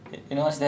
ya like